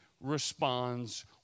responds